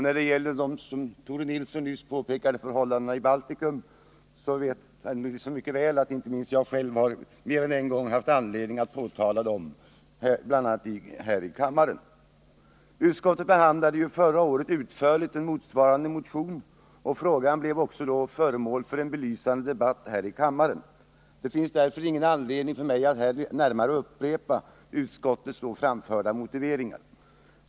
När det gäller de förhållanden i Baltikum som Tore Nilsson påpekade, så vet herr Nilsson mycket väl att inte minst jag själv mer än en gång har haft anledning att påtala det, bl.a. här i kammaren. Utskottet behandlade förra året utförligt en motsvarande motion, och frågan blev då föremål för en belysande debatt här i kammaren. Det finns därför ingen anledning för mig att närmare upprepa utskottets då framförda motiveringar.